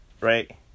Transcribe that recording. right